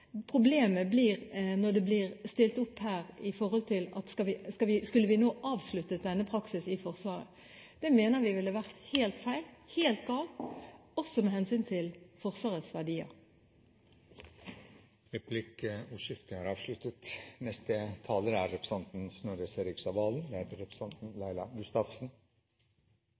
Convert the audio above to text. Problemet ville oppstå hvis vi nå skulle avsluttet denne praksisen i Forsvaret. Det mener vi ville vært helt feil – også med hensyn til Forsvarets verdier. Replikkordskiftet er omme. Det er